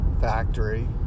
factory